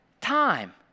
Time